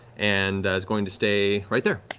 and is going to stay right there.